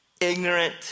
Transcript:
ignorant